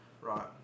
right